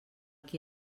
qui